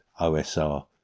OSR